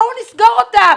בואו נסגור אותם.